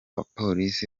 bapolisi